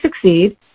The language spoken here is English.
succeed